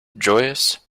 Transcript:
joyous